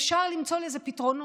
אפשר למצוא לזה פתרונות,